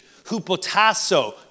hupotasso